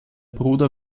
bruder